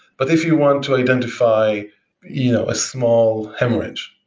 but if you want to identify you know a small hemorrhage,